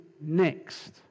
next